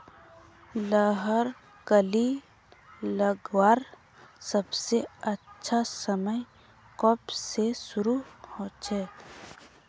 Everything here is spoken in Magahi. लहर कली लगवार सबसे अच्छा समय कब से शुरू होचए?